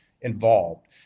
involved